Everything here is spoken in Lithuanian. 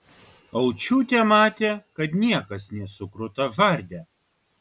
aučiūtė matė kad niekas nesukruta žarde